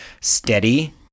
steady